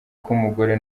k’umugore